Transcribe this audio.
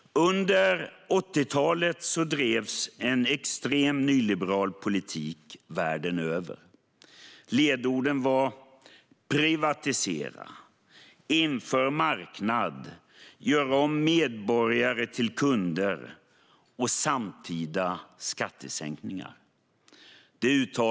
Under 80-talet bedrevs en extremt nyliberal politik världen över. Ledorden var "privatisera", "inför marknad", "gör om medborgare till kunder" och "genomför samtida skattesänkningar".